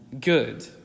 good